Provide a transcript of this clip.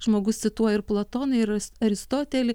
žmogus su tuo ir platonui ir jis aristotelį